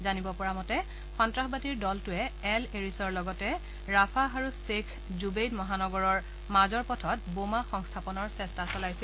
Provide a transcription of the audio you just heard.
জানিব পৰা মতে সন্তাসবাদীৰ দলটোৱে এল এৰিছৰ লগতে ৰাফাহ আৰু শ্বেখ জুৱেইড মহানগৰৰ মাজৰ পথত বোমা সংস্থাপনৰ চেষ্টা চলাইছিল